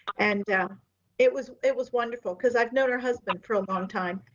and it was it was wonderful cause i've known her husband for a long time.